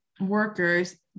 workers